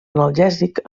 analgèsic